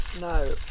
no